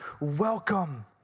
welcome